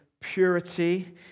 purity